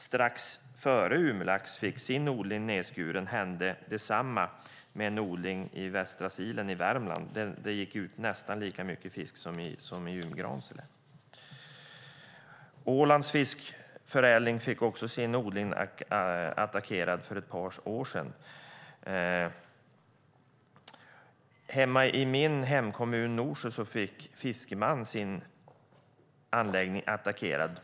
Strax före att Umlax fick sin odling nedskuren hände detsamma med en odling i Västra Silen i Värmland där det gick ut nästan lika mycket fisk som i Umgransele. Ålands Fiskförädling fick också sin odling attackerad för ett par år sedan. I min hemkommun Norsjö fick Fiskeman sin odling attackerad.